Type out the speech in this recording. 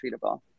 treatable